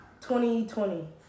2020